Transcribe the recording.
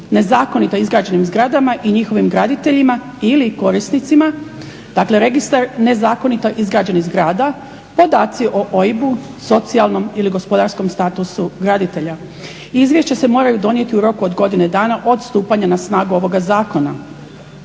nezakonito izgrađenim zgradama i njihovim graditeljima ili korisnicima, dakle registar nezakonito izgrađenih zgrada, podaci o OIB-u, socijalnom ili gospodarskom statusu graditelja. Izvješća se moraju donijeti u roku od godine dana od stupanja na snagu ovoga zakona.